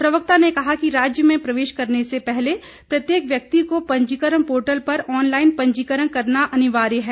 प्रवक्ता ने कहा कि राज्य में प्रवेश करने से पहले प्रत्येक व्यक्ति को पंजीकरण पोर्टल पर ऑनलाइन पंजीकरण करना अनिवार्य है